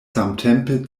samtempe